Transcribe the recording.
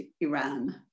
Iran